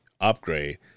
upgrade